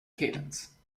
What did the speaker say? cadence